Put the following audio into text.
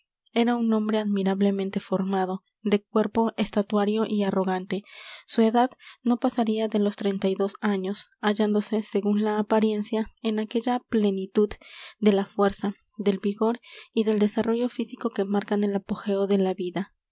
era un hombre admirablemente formado de cuerpo estatuario y arrogante su edad no pasaría de los treinta y dos años hallándose según la apariencia en aquella plenitud de la fuerza del vigor y del desarrollo físico que marcan el apogeo de la vida